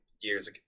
years